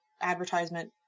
advertisement